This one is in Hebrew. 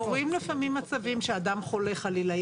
קורים לפעמים מצבים שאדם חולה, חלילה.